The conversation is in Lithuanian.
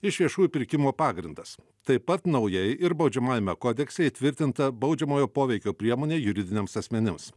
iš viešųjų pirkimų pagrindas taip pat naujai ir baudžiamajame kodekse įtvirtinta baudžiamojo poveikio priemonė juridiniams asmenims